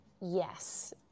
Yes